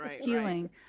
healing